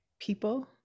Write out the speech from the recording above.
people